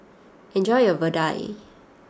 enjoy your Vadai